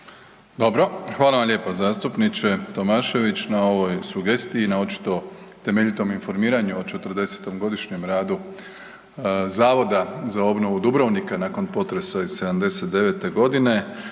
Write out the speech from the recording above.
Dobro, hvala vam lijepo zastupniče Tomašević na ovoj sugestiji, na očito temeljitom informiranju o 40.-godišnjem radu Zavoda za obnovu Dubrovnika nakon potresa iz '79.g.